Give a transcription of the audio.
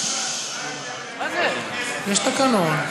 יש תקנון,